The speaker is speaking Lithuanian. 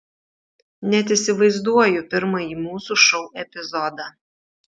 net įsivaizduoju pirmąjį mūsų šou epizodą